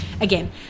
again